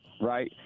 right